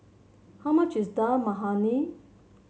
how much is Dal Makhani